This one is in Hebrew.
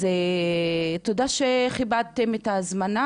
תודה שכיבדתם את ההזמנה,